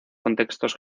contextos